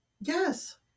yes